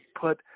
put